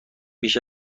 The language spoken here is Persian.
بیش